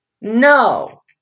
No